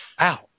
Ow